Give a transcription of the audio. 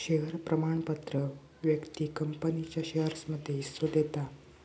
share प्रमाणपत्र व्यक्तिक कंपनीच्या शेयरमध्ये हिस्सो देता